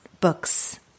books